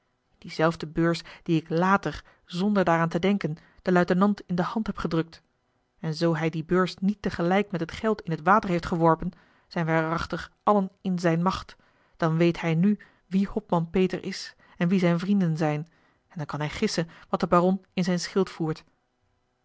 diezelfde beurs die ik later zonder daaraan te denken den luitenant in de hand heb gedrukt en zoo hij die beurs niet tegelijk met het geld in het water heeft geworpen zijn wij waarachtig allen in zijne macht dan weet hij nu wie hopman peter is en wie zijne vrienden zijn en dan kan hij gissen wat de baron in zijn schild voert